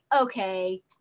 okay